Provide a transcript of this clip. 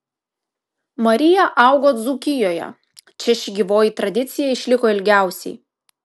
marija augo dzūkijoje čia ši gyvoji tradicija išliko ilgiausiai